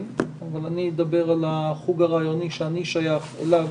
אבל אני אדבר על החוג הרעיוני שאני שייך אליו.